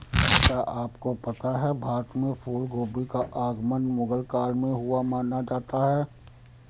क्या आपको पता है भारत में फूलगोभी का आगमन मुगल काल में हुआ माना जाता है?